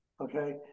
okay